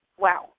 Wow